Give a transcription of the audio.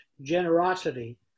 generosity